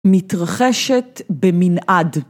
‫מתרחשת במנעד.